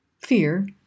Fear